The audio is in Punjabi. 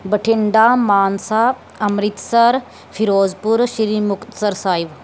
ਬਠਿੰਡਾ ਮਾਨਸਾ ਅੰਮ੍ਰਿਤਸਰ ਫਿਰੋਜ਼ਪੁਰ ਸ਼੍ਰੀ ਮੁਕਤਸਰ ਸਾਹਿਬ